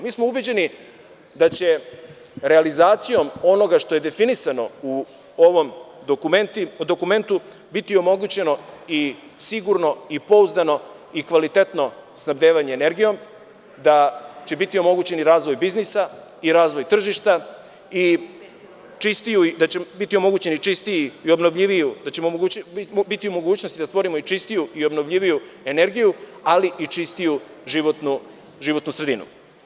Mi smo ubeđeni da će realizacijom onoga što je definisano u ovom dokumentu biti omogućeno i sigurno i pouzdano i kvalitetno snabdevanje energijom, da će biti omogućen i razvoj biznisa i razvoj tržišta i da ćemo biti u mogućnosti da stvorimo čistiju i obnovljiviju energiju, ali i čistiju životnu sredinu.